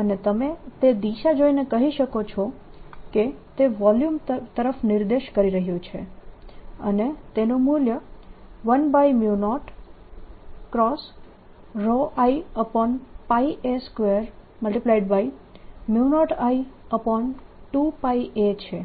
અને તમે તે દિશા જોઈને કહી શકો છો કે તે વોલ્યુમ તરફ નિર્દેશ કરી રહ્યું છે અને તેનું મૂલ્ય 10ρIa20I2πa છે